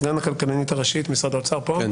סגן הכלכלנית הראשית משרד האוצר פה?